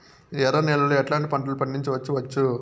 ఎర్ర నేలలో ఎట్లాంటి పంట లు పండించవచ్చు వచ్చు?